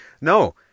No